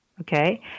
okay